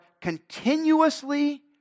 continuously